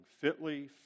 fitly